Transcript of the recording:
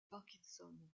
parkinson